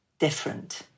different